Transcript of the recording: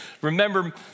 remember